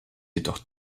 jedoch